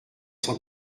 cent